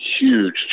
huge